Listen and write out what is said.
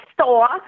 store